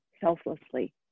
selflessly